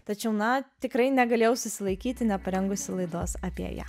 tačiau na tikrai negalėjau susilaikyti neparengusi laidos apie ją